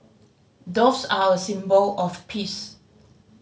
doves are a symbol of peace